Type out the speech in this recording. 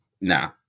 Nah